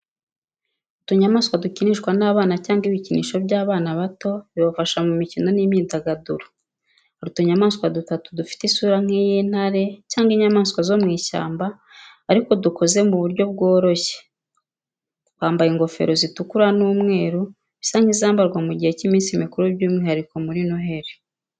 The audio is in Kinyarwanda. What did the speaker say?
Utunyamaswa dukinishwa n’abana cyangwa ibikinisho by'abana bato bibafasha mu mikino n'imyidagaduro. Hari utunyamaswa dutatu dufite isura nk’iy’intare cyangwa inyamanswa zo mu ishyamba ariko dukoze ku buryo bworoshye. Twambaye ingofero zitukura n'umweru bisa nk’izambarwa mu gihe cy’iminsi mikuru byumwihariko muri noheli.